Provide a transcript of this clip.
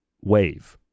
wave